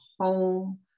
home